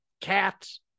cats